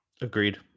Agreed